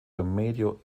remédio